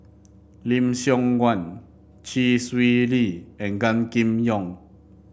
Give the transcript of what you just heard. Lim Siong Guan Chee Swee Lee and Gan Kim Yong